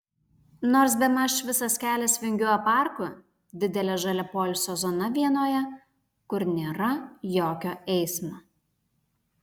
nors bemaž visas kelias vingiuoja parku didele žalia poilsio zona vienoje kur nėra jokio eismo